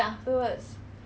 you're just small